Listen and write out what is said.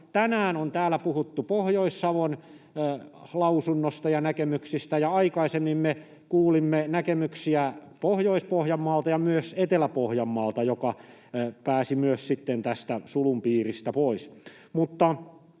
Tänään on täällä puhuttu Pohjois-Savon lausunnosta ja näkemyksistä, ja aikaisemmin me kuulimme näkemyksiä Pohjois-Pohjanmaalta ja myös Etelä-Pohjanmaalta, joka myös pääsi tästä sulun piiristä pois.